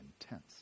intense